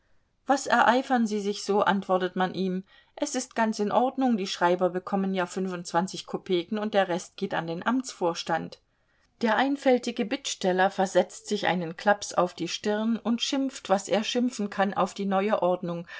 was ereifern sie sich so antwortet man ihm es ist ganz in ordnung die schreiber bekommen je fünfundzwanzig kopeken und der rest geht an den amtsvorstand der einfältige bittsteller versetzt sich einen klaps auf die stirn und schimpft was er schimpfen kann auf die neue ordnung